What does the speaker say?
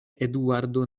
eduardo